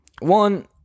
One